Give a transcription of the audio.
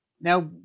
now